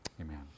Amen